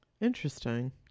Interesting